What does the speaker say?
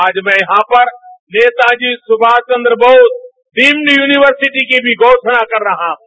आज मैं यहां पर नेताजी सुमाष वन्द्र बोस डीम्ड यूनिवर्सिटी की भी घोषणा कर रहा हूं